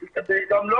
בעצם,